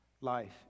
life